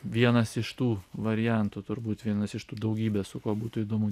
vienas iš tų variantų turbūt vienas iš tų daugybės su kuo būtų įdomu